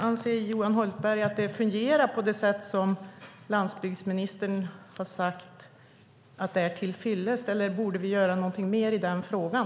Anser Johan Hultberg att det fungerar på det sätt som landsbygdsministern har sagt är till fyllest, eller borde vi göra något mer i den frågan?